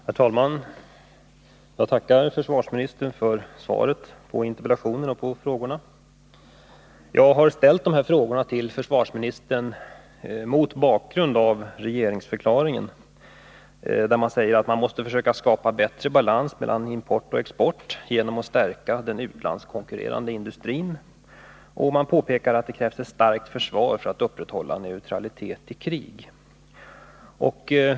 Herr talman! Jag tackar försvarsministern för svaret på interpellationen. Jag har ställt frågorna till försvarsministern mot bakgrund av regeringsförklaringen. Det står där att man måste försöka skapa bättre balans mellan import och export genom att stärka den utlandskonkurrerande industrin. Det påpekas att det krävs ett starkt försvar för att upprätthålla neutralitet i krig.